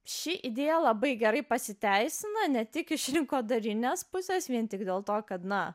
ši idėja labai gerai pasiteisina ne tik iš rinkodarinės pusės vien tik dėl to kad na